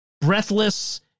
breathless